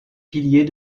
piliers